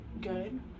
good